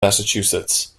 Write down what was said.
massachusetts